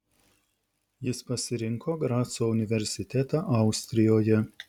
jis pasirinko graco universitetą austrijoje